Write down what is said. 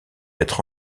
être